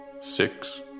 Six